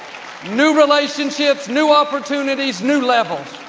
new relationships, new opportunities, new levels,